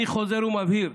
אני חוזר ומבהיר: